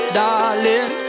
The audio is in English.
darling